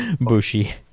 Bushy